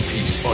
Peace